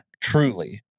truly